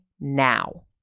now